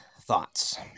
thoughts